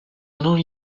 non